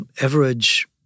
average